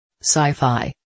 Sci-fi